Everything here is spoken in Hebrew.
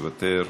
מוותר,